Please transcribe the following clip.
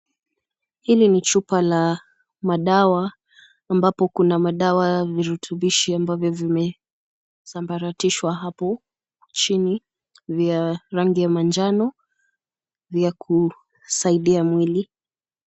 Hili ni chupa la madawa ambapo kuna madawa virutubishi ambavyo vimesambaratishwa hapo chini vya rangi ya manjano ya kusaidia mwili.